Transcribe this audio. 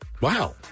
Wow